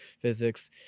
physics